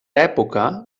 època